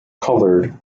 colored